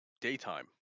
daytime